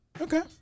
Okay